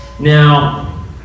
Now